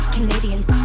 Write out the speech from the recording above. Canadians